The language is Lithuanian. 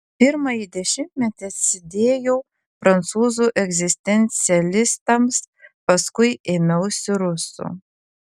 pirmąjį dešimtmetį atsidėjau prancūzų egzistencialistams paskui ėmiausi rusų